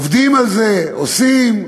עובדים על זה, עושים.